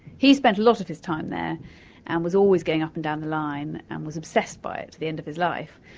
he spent a lot of his time there and was always going up and down the line and was obsessed by it till the end of his life,